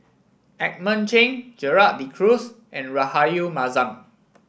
Edmund Cheng Gerald De Cruz and Rahayu Mahzam